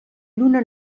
lluna